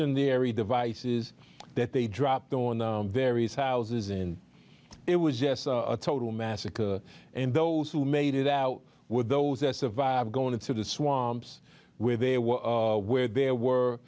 in the area devices that they dropped on various houses in it was just a total massacre and those who made it out with those that survived going into the swamps with a world where there were